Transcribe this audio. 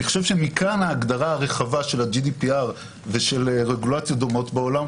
אני חושב שמכאן ההגדרה הרחבה של ה-GDPR ושל רגולציות דומות בעולם,